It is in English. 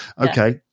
okay